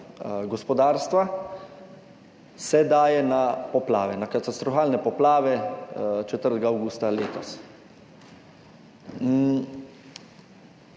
gospodarstva, se daje na poplave, na katastrofalne poplave 4. avgusta letos.